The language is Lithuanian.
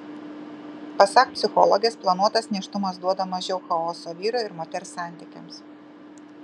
pasak psichologės planuotas nėštumas duoda mažiau chaoso vyro ir moters santykiams